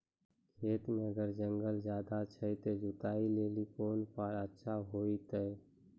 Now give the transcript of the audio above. खेत मे अगर जंगल ज्यादा छै ते जुताई लेली कोंन फार अच्छा होइतै?